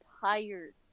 tired